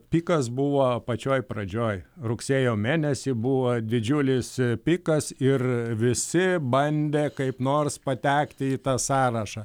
pikas buvo pačioj pradžioj rugsėjo mėnesį buvo didžiulis pikas ir visi bandė kaip nors patekti į tą sąrašą